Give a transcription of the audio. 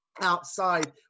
outside